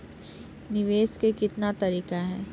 निवेश के कितने तरीका हैं?